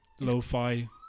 lo-fi